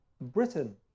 Britain